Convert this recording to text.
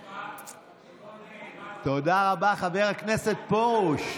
זה לא מכובד שכל, תודה רבה, חבר הכנסת פרוש.